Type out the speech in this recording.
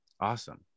awesome